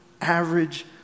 average